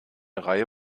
reihe